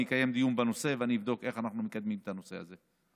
אני אקיים דיון בנושא ואני אבדוק איך אנחנו מקדמים את הנושא הזה.